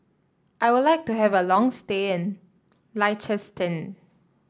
I would like to have a long stay in Liechtenstein